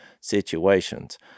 situations